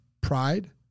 pride